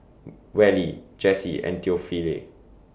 Wally Jesse and Theophile